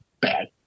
bad